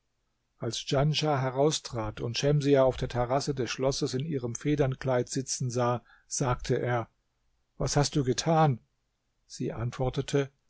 als djanschah heraustrat und schemsiah auf der terrasse des schlosses in ihrem federnkleid sitzen sah sagte er was hast du getan sie antwortete